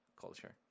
Culture